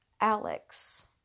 Alex